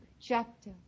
chapter